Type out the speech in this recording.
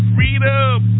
Freedom